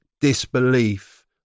disbelief